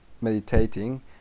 meditating